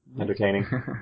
entertaining